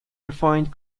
refined